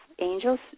angels